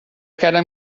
کردم